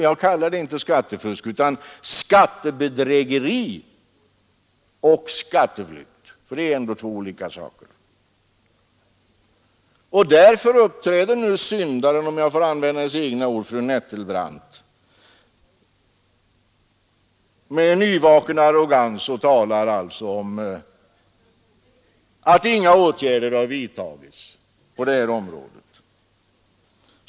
Jag kallar det dock inte för skattefusk utan för skattebedrägeri och skatteflykt, eftersom det är två olika saker. Därför uppträder nu ”syndaren”, om jag får använda fru Nettelbrandts egna ord, med nyvaken arrogans och talar om att inga åtgärder har vidtagits på det här området.